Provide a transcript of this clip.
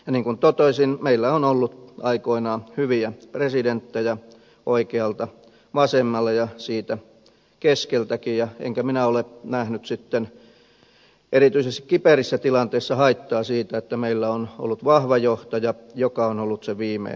niin kuin totesin meillä on ollut aikoinaan hyviä presidenttejä oikealta vasemmalle ja siitä keskeltäkin enkä minä ole nähnyt sitten erityisesti kiperissä tilanteissa haittaa siitä että meillä on ollut vahva johtaja joka on ollut se viimeinen toppari